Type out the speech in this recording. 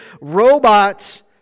robots